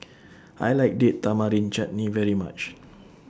I like Date Tamarind Chutney very much